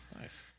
Nice